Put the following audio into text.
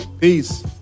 Peace